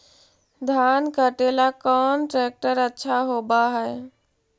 धान कटे ला कौन ट्रैक्टर अच्छा होबा है?